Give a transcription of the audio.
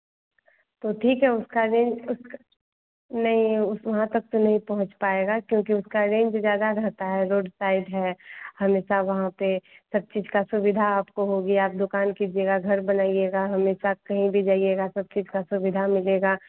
तो ठीक है उसका रेंज उसका नहीं उस वहाँ तक तो नहीं पहुँच पाएगा क्योंकि उसका रेंज ज़्यादा रहता है रोड साइड है हमेशा वहाँ पर सब चीज़ का सुविधा आपको हो गया आप दुकान कीजिएगा घर बनाइएगा हमेशा कहीं भी जाइएगा सब चीज़ का सुविधा मिलेगा